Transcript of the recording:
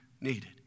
needed